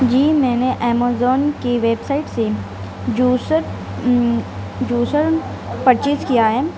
جی میں نے امیزون کی ویب سائٹ سے جوسر جوسر پر چیز کیا ہے